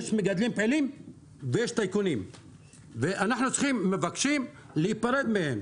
יש מגדלים פעילים ויש טייקונים ואנחנו מבקשים להיפרד מהם,